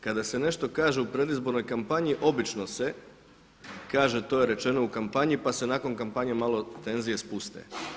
Kada se nešto kaže u predizbornoj kampanji obično se kaže to je rečeno u kampanji pa se nakon kampanje malo tenzije spuste.